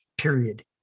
Period